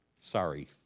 Sorry